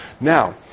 Now